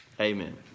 Amen